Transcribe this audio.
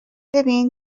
ببین